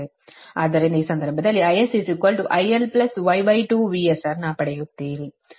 ಆದ್ದರಿಂದ ಈ ಸಂದರ್ಭದಲ್ಲಿ IS IL Y2 VS ಅನ್ನು ಪಡೆಯುತ್ತೀರಿ